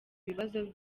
bibazo